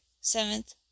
seventh